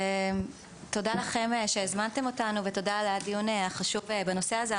תודה לכם שהזמנתם אותנו ותודה על הדיון החשוב בנושא הזה.